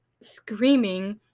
screaming